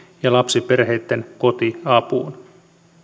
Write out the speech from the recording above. ja lapsiperheitten kotiapuun